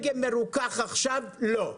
הגה מרוכך עכשיו לא.